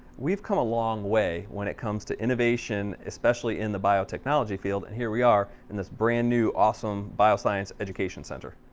we've come a long way when it comes to innovation, especially in the biotechnology field, and here we are in this brand-new awesome bioscience education center.